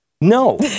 No